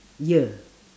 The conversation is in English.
year